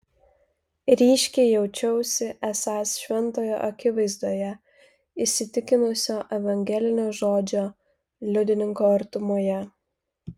ryškiai jaučiausi esąs šventojo akivaizdoje įsitikinusio evangelinio žodžio liudininko artumoje